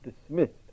dismissed